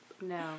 no